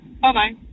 Bye-bye